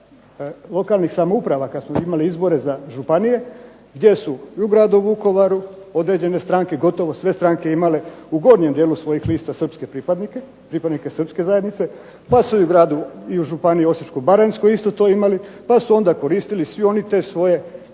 lokalnih samouprava kad smo imali izbore za županije, gdje su i u gradu Vukovaru određene stranke, gotovo sve stranke imale u gornjem dijelu svojih lista srpske pripadnike, pripadnike srpske zajednice, pa su i u gradu i u Županiji osječko-baranjskoj isto to imali, pa su onda koristili svi oni te svoje